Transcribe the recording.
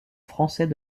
français